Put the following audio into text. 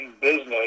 business